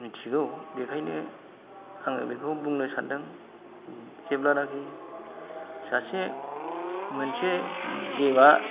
मिनथिगौ बेखायनो आङो बेखौ बुंनो सानदों जेब्लानाखि सासे मोनसे गेमा